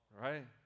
right